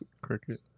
Cricket